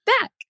back